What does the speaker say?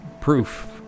proof